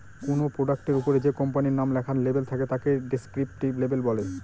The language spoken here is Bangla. কোনো প্রোডাক্টের ওপরে যে কোম্পানির নাম লেখার লেবেল থাকে তাকে ডেস্ক্রিপটিভ লেবেল বলে